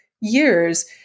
years